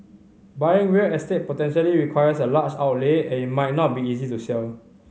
buying real estate potentially requires a large outlay and it might not be easy to sell